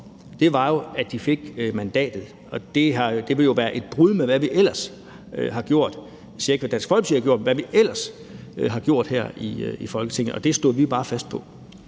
for, var jo, at de fik mandatet, og det ville jo være et brud med, hvad vi ellers har gjort – jeg siger ikke, hvad Dansk Folkeparti har gjort, men hvad vi ellers har gjort her i Folketinget – og det stod vi bare fast på.